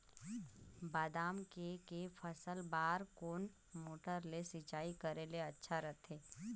बादाम के के फसल बार कोन मोटर ले सिंचाई करे ले अच्छा रथे?